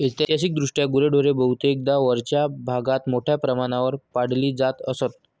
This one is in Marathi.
ऐतिहासिकदृष्ट्या गुरेढोरे बहुतेकदा वरच्या भागात मोठ्या प्रमाणावर पाळली जात असत